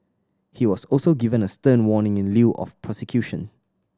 he was also given a stern warning in lieu of prosecution